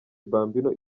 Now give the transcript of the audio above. bambino